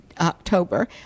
october